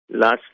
Last